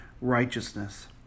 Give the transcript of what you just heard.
righteousness